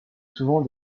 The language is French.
souvent